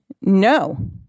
no